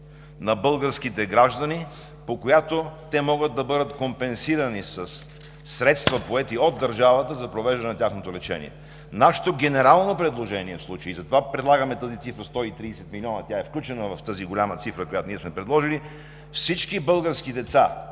на българските граждани, по която те могат да бъдат компенсирани със средства, поети от държавата, за провеждане на тяхното лечение. Нашето генерално предложение в случая и затова предлагаме тази цифра от 130 милиона, тя е включена в тази голяма цифра, която ние сме предложили, всички български деца